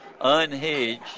Unhinged